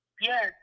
Yes